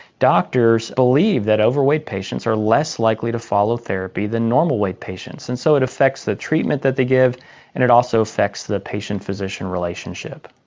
doctors believe that overweight patients are less likely to follow therapy than normal-weight patients, and so it affects the treatment that they give and it also affects the patient-physician relationship.